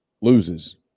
loses